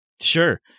Sure